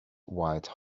white